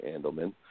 Andelman